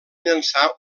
llançar